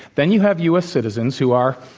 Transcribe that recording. then you have u. s. citizens who are